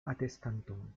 atestanton